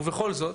ובכל זאת,